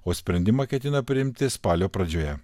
o sprendimą ketina priimti spalio pradžioje